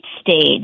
stage